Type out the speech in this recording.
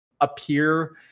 appear